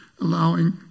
allowing